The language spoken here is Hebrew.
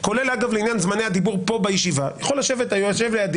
כולל לעניין זמני הדיבור כאן בישיבה יכול לשבת היועץ